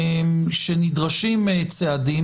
שנדרשים צעדים,